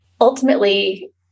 ultimately